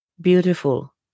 Beautiful